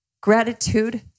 gratitude